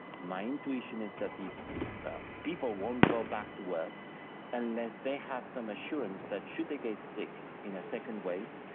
my intuition is that the people won't go back to work unless they have some assurance that should they get sick in a second wave,